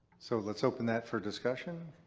so let's open that for discussion.